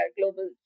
global